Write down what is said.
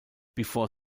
before